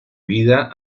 vida